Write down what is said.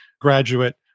graduate